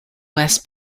west